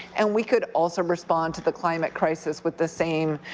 and we could also respond to the climate crisis with the same